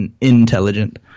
intelligent